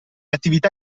attività